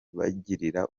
babigira